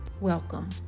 Welcome